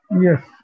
Yes